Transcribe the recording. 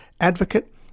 advocate